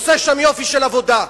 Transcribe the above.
עושה שם יופי של עבודה,